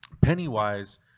Pennywise